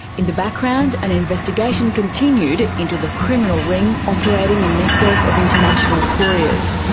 in the background, an investigation continued into the criminal ring operating a network of international couriers.